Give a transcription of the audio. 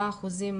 84 אחוזים,